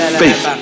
faith